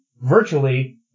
virtually